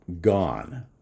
gone